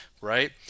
right